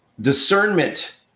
discernment